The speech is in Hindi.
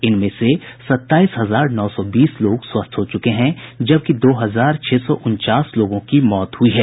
इनमें से सत्ताईस हजार नौ सौ बीस लोग स्वस्थ हो चुके हैं जबकि दो हजार छह सौ उनचास लोगों की मौत हुयी है